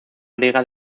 griega